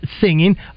singing